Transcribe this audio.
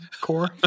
core